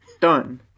done